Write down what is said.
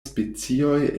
specioj